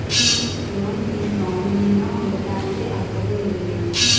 Loan కి nominee గా ఉండటానికి అర్హత ఏమిటి?